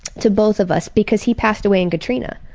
to both of us because he passed away in katrina.